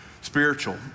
spiritual